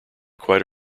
quite